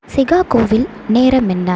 சிகாகோவில் நேரம் என்ன